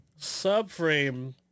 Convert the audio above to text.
Subframe